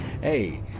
hey